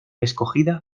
escogida